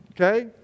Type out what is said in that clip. Okay